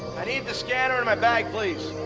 i need the scanner and my bag, please.